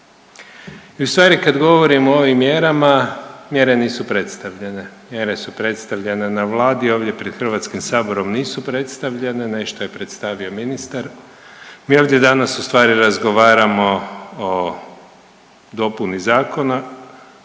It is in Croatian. U stvari kad govorimo o ovim mjerama mjere nisu predstavljene, mjere su predstavljene na vladi, ovdje pred HS nisu predstavljene, nešto je predstavio ministar mi ovdje danas ustvari razgovaramo o dopuni zakona